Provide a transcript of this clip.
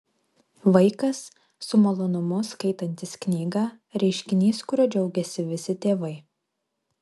vaikas su malonumu skaitantis knygą reiškinys kuriuo džiaugiasi visi tėvai